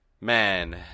Man